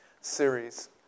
series